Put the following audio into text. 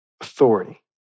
authority